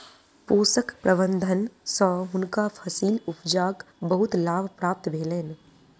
पोषक प्रबंधन सँ हुनका फसील उपजाक बहुत लाभ प्राप्त भेलैन